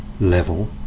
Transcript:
level